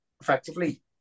effectively